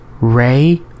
Ray